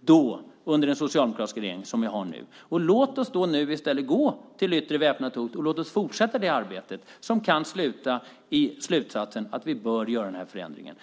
då, under den socialdemokratiska regeringen, som jag har nu. Låt oss nu i stället gå till yttre väpnat hot, och låt oss fortsätta det arbetet, som kan sluta i slutsatsen att vi bör göra den här förändringen.